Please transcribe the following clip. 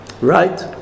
right